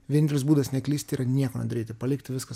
vienintelis būdas neklysti yra nieko nedaryti palikti viską